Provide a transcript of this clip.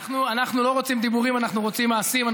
אנחנו לא רוצים דיבורים, אנחנו רוצים מעשים.